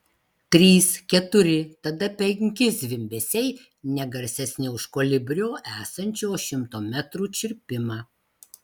trys keturi tada penki zvimbesiai ne garsesni už kolibrio esančio už šimto metrų čirpimą